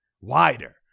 wider